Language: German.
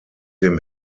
dem